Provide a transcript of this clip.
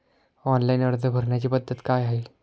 Online अर्ज भरण्याची पद्धत काय आहे?